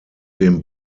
dem